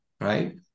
Right